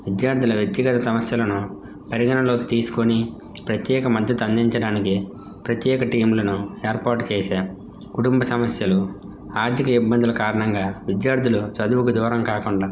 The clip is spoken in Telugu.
విద్యార్థుల వ్యక్తిగత సమస్యలను పరిగణలోకి తీసుకొని ప్రత్యేక మద్దతు అందించడానికి ప్రత్యేక టీంలను ఏర్పాటు చేసే కుటుంబ సమస్యలు ఆర్థిక ఇబ్బందుల కారణంగా విద్యార్థులు చదువుకు దూరం కాకుండా